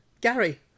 Gary